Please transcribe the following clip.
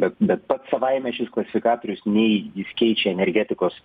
bet bet pats savaime šis klasifikatorius nei jis keičia energetikos